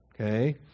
Okay